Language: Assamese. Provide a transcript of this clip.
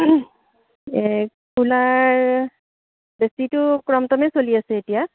এই কুলাৰ ক্ৰমটমে চলি আছে এতিয়া